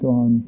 on